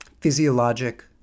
physiologic